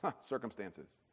circumstances